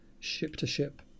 ship-to-ship